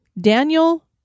Daniel